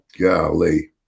golly